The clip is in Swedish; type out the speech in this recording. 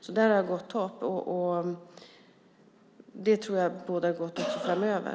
Där har jag alltså gott hopp, och jag tror att det bådar gott också framöver.